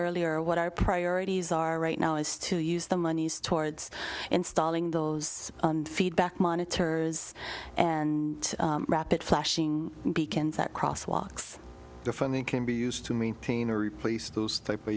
earlier what our priorities are right now is to use the monies towards installing those feedback monitors and rapid flashing beacons that crosswalks the funding can be used to maintain or replace those type of